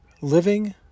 living